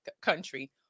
country